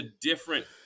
different